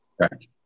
Correct